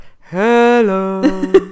Hello